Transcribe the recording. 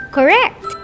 Correct